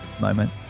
moment